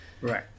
Right